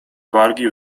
wargi